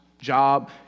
job